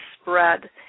spread